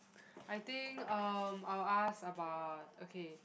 I think um I'll ask about okay